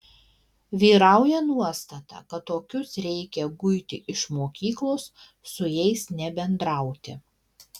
vyrauja nuostata kad tokius reikia guiti iš mokyklos su jais nebendrauti